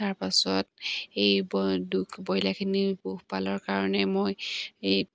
তাৰপাছত এই ব্ৰইলাৰখিনি পোহপালৰ কাৰণে মই এই